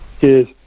cheers